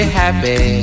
happy